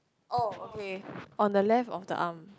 oh okay on the left of the arm